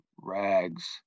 rags